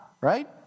right